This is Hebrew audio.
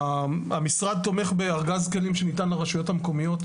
המשרד תומך בארגז כלים שניתן לרשויות המקומיות,